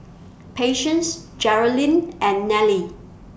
Patience Jerrilyn and Nelie